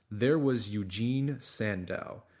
there was eugen sandow.